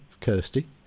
Kirsty